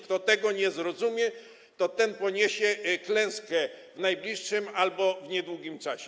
Kto tego nie zrozumie, ten poniesie klęskę w najbliższym albo w niedługim czasie.